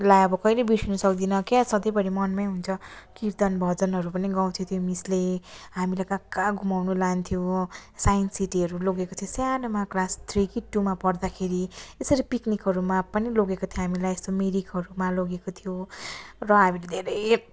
लाई अब कहिले बिर्सिनु सक्दिनँ क्या सधैँभरि मनमै हुन्छ कीर्तन भजनहरू पनि गाउँथ्यो त्यो मिसले हामीलाई कहाँ कहाँ घुमाउनु लान्थ्यो साइन्स सिटीहरू लगेको थियो सानोमा क्लास थ्री कि टूमा पढ्दाखेरि यसरी पिक्निकहरूमा पनि लगेको थियो हामीलाई यसो मिरिकहरूमा लगेको थियो र हामीले धेरै